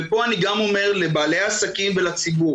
ופה אני גם אומר לבעלי העסקים ולציבור,